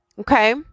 Okay